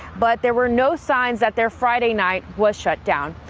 but there were no signs that their friday night was shut down.